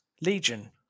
Legion